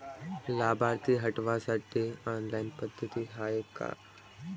लाभार्थी हटवासाठी ऑनलाईन पद्धत हाय का?